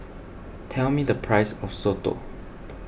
tell me the price of Soto